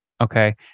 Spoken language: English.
okay